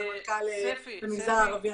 עם הסמנכ"ל למגזר הערבי,